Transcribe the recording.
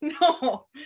No